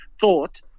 thought